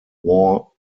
war